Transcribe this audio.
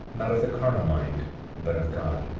not of the carnal mind but of god.